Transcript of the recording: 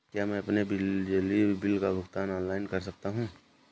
क्या मैं अपने बिजली बिल का भुगतान ऑनलाइन कर सकता हूँ?